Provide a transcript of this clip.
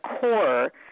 core